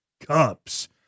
cups